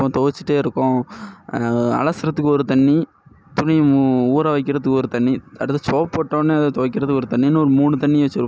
இப்போ துவச்சிட்டே இருக்கோம் அலசுகிறத்துக்கு ஒரு தண்ணி துணி ஊ ஊற வைக்கிறத்துக்கு ஒரு தண்ணி அடுத்து சோப் போட்டோன்னே அதை துவக்கிறது ஒரு தண்ணின்னு ஒரு மூணு தண்ணி வச்சுருப்போம்